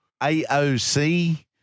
AOC